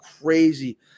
crazy